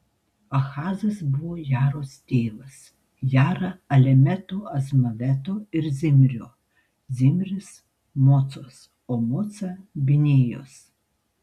ahazas buvo jaros tėvas jara alemeto azmaveto ir zimrio zimris mocos o moca binėjos